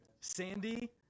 Sandy